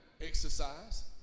exercise